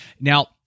Now